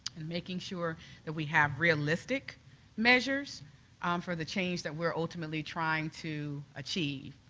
and making sure that we have realistic measures for the change that we're ultimately trying to achieve.